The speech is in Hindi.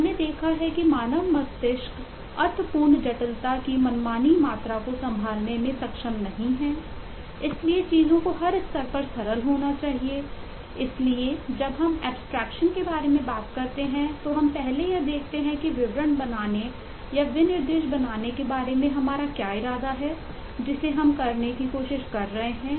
हम पहले ही एब्स्ट्रेक्शन के बारे में बात करते हैं तो हम पहले यह देखते हैं कि विवरण बनाने या विनिर्देश बनाने के बारे में हमारा क्या इरादा है जिसे हम करने की कोशिश कर रहे हैं